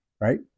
right